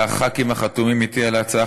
לחברי הכנסת החתומים אתי על ההצעה,